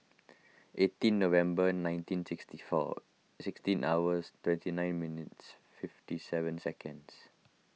eighteen November nineteen sixty four sixteen hours twenty nine minutes fifty seven seconds